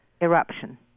Eruption